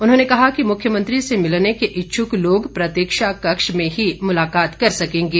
उन्होंने कहा कि मुख्यमंत्री से मिलने के इच्छुक लोग प्रतीक्षा कक्ष में ही मुलाकात कर सकेंगे